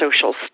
social